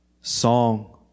song